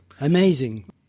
Amazing